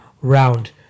round